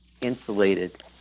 insulated